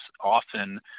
often